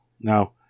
Now